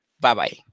Bye-bye